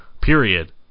period